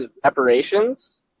preparations